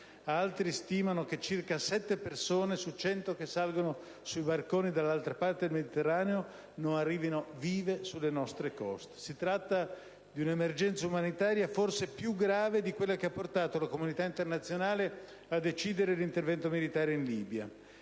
Altri stimano che circa sette persone sulle 100 che salgono sui barconi dall'altra parte del Mediterraneo non arrivino vive sulle nostre coste. Si tratta di un'emergenza umanitaria forse più grave di quella che ha portato la comunità internazionale a decidere l'intervento militare in Libia.